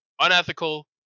unethical